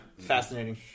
Fascinating